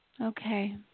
Okay